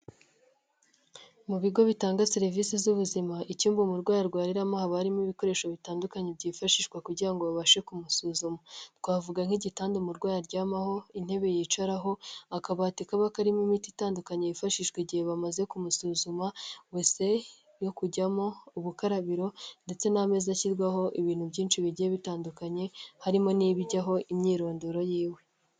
Mu bigo bitanga serivisi z'ubuzima ikindi ngo umurwayi arwariramo habamo ibikoresho bitandukanye byifashishwa kugira ngo babashe kumusuzuma. Twavuga nk'igitanda umurwayi aryamaho, intebe yicaraho, akabati kaba karimo imiti itandukanye yifashishwa igihe bamaze kumusuzuma, wese yo kujyamo, ubukarabiro ndetse n'ameza ashyirwaho ibintu byinshi bigiye bitandukanye, harimo n'iibijyaho imyirondoro y'iwe.